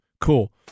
cool